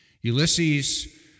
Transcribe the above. Ulysses